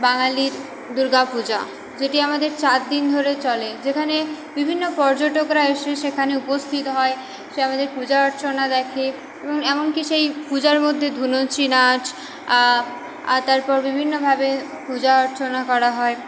বাঙালির দুর্গা পূজা যেটি আমাদের চারদিন ধরে চলে যেখানে বিভিন্ন পর্যটকরা এসে সেখানে উপস্থিত হয় সে আমাদের পূজা অর্চনা দেখে এবং এমনকি সেই পূজার মধ্যে ধুনুচি নাচ আর তারপর বিভিন্নভাবে পূজা অর্চনা করা হয়